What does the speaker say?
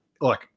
look